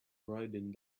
riding